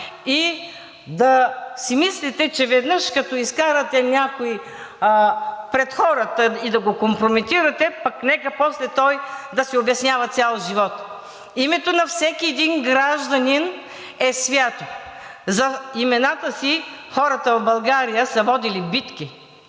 и да си мислите, че веднъж като изкарате някого пред хората и да го компрометирате, пък нека после той да се обяснява цял живот. (Министър Рашков напуска залата.) Името на всеки един гражданин е свято. За имената си хората в България са водили битки.